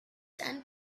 and